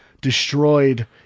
destroyed